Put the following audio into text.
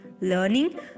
learning